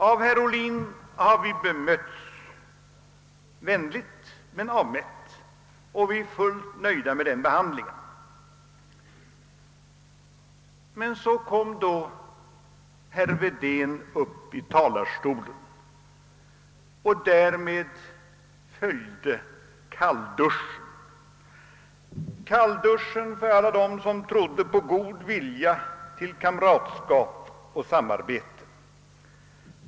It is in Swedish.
Av herr Ohlin har vi bemötts vänligt men avmätt och vi är fullt nöjda med den behandlingen. Men så steg då herr Wedén upp i talarstolen och då kom kallduschen — kallduschen för alla dem som trodde på god vilja till kamratskap och samarbete.